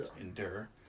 endure